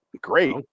great